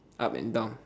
up and down